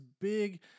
big